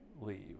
leave